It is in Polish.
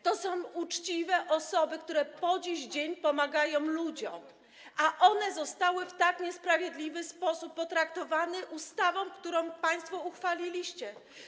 To są uczciwe osoby, które po dziś dzień pomagają ludziom, a one zostały w tak niesprawiedliwy sposób potraktowane ustawą, którą państwo uchwaliliście.